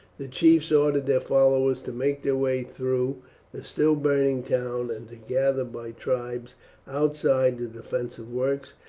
the chiefs ordered their followers to make their way through the still burning town and to gather by tribes outside the defensive works,